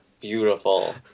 beautiful